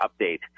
update